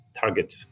target